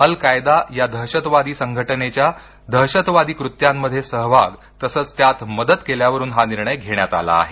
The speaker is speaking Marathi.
अल् कायदा या दहशतवादी संघटनेच्या दहशतवादी कृत्यांमध्ये सहभाग तसंच त्यात मदत केल्यावरून हा निर्णय घेण्यात आला आहे